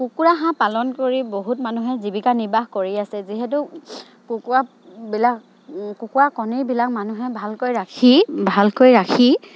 কুকুৰা হাঁহ পালন কৰি বহুত মানুহে জীৱিকা নিৰ্বাহ কৰি আছে যিহেতু কুকুৰাবিলাক কুকুৰা কণীবিলাক মানুহে ভালকৈ ৰাখি ভালকৈ ৰাখি